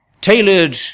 Tailored